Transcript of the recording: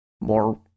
more